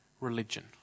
religion